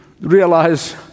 realize